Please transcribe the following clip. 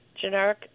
generic